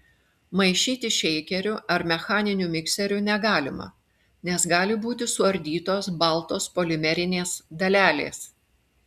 maišyti šeikeriu ar mechaniniu mikseriu negalima nes gali būti suardytos baltos polimerinės dalelės